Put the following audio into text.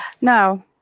No